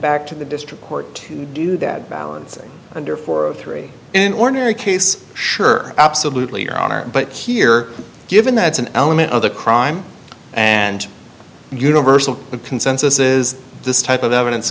back to the district court to do that balancing under for a three in ordinary case sure absolutely your honor but here given that it's an element of the crime and universal consensus is this type of evidence